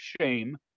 shame